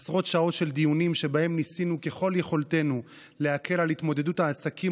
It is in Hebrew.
עשרות שעות של דיונים שבהם ניסינו ככל יכולתנו להקל את התמודדות העסקים,